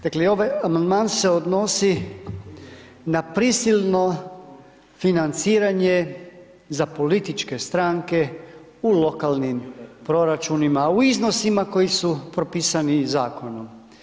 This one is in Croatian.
Dakle, ovaj amandman se odnosi na prisilno financiranje za političke stranke u lokalnim proračunima u iznosima koji su propisani i Zakonom.